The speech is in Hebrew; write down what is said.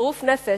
בחירוף נפש,